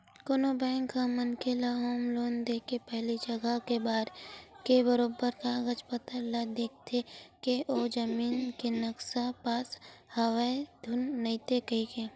कोनो बेंक ह मनखे ल होम लोन देके पहिली जघा के बरोबर कागज पतर ल देखथे के ओ जमीन के नक्सा पास हवय धुन नइते कहिके